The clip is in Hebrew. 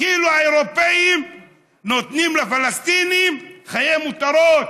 כאילו האירופים נותנים לפלסטינים חיי מותרות.